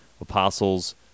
apostles